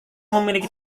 memiliki